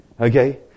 okay